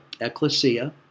Ecclesia